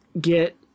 get